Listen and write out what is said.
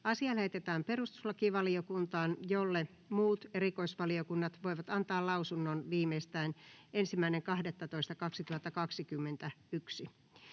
Asia lähetetään perustuslakivaliokuntaan, jolle muut erikoisvaliokunnat voivat antaa lausunnon viimeistään 1.12.2021.